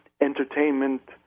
entertainment